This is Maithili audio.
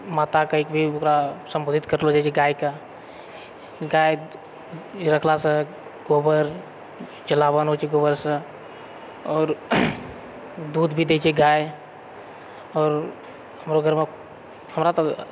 माता कहि कऽ भी ओकरा सम्बोधित करलो जाइ छै गाय कऽ गाय रखलासँ गोबर जलाबन होइ छै गोबरसँ आओर दूध भी दय छै गाय आओर हमरो घर मऽ हमरा तऽ